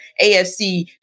AFC